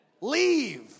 leave